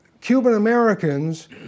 Cuban-Americans